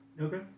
Okay